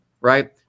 right